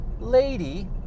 lady